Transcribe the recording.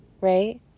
right